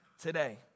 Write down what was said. today